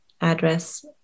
address